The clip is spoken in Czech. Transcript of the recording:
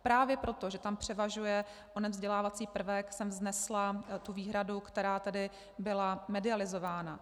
Právě proto, že tam převažuje onen vzdělávací prvek, jsem vznesla tu výhradu, která tady byla medializována.